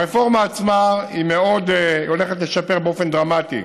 הרפורמה עצמה הולכת לשפר באופן דרמטי